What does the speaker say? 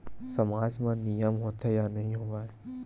सामाज मा नियम होथे या नहीं हो वाए?